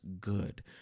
good